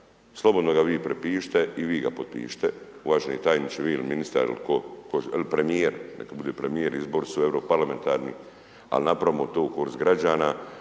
slobodno ga vi prepišite i vi ga potpišite uvaženi tajniče vi ili ministar, premijer, neka bude premijer, izbori su Europarlamentarni, al napravimo to u korist građana,